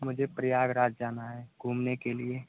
मुझे प्रयागराज जाना है घूमने के लिए